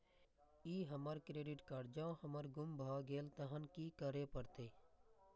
ई हमर credit card जौं हमर गुम भ गेल तहन की करे परतै?